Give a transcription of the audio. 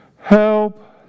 Help